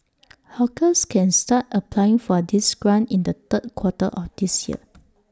hawkers can start applying for this grant in the third quarter of this year